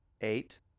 eight